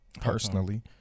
personally